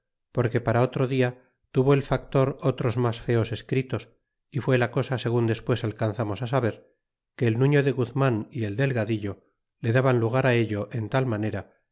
porque para otro dia tuvo el factor otros mas feos escritos y fue la cosa segun despues alcanzamos á saber que el nufio de guzman y el delgadillo le daban lugar ello en tal manera